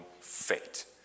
fate